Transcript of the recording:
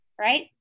Right